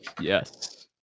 yes